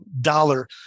dollar